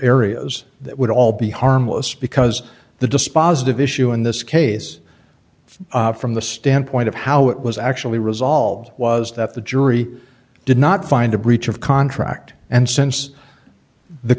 areas that would all be harmless because the dispositive issue in this case from the standpoint of how it was actually resolved was that the jury did not find a breach of contract and since the